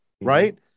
right